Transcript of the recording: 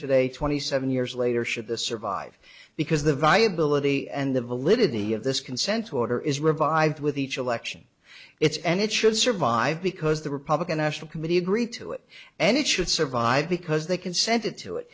today twenty seven years later should the survive because the viability and the validity of this consent to order is revived with each election it's and it should survive because the republican national committee agreed to it and it should survive because they consented to it